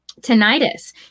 tinnitus